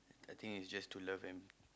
I think is just to love and